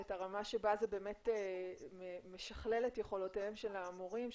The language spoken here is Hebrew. הרמה בה זה באמת משכלל את יכולותיהם של המורים,